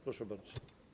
Proszę bardzo.